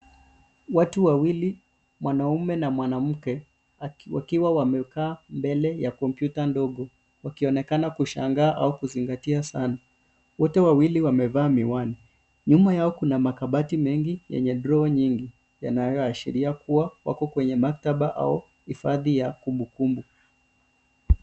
Watu wawili, mwanaume na mwanamke, wakiwa wamekaa mbele ya kompyuta ndogo, wakionekana kushangaa au kuzingatia sana. Wote wawili wamevaa miwani. Nyuma yao kuna makabati mengi yenye droo nyingi yanayoashiria kuwa wako kwenye maktaba au hifadhi ya kumbukumbu.